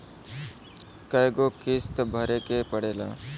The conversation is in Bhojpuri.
कय गो किस्त भरे के पड़ेला?